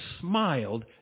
smiled